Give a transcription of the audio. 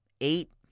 eight